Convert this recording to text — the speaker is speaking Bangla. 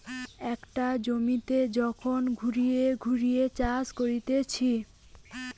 একটা জমিতে যখন ঘুরিয়ে ঘুরিয়ে চাষ করা হতিছে